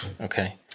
Okay